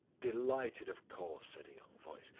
delighted, of course, said a young voice,